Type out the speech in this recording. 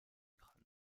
crâne